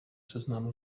seznam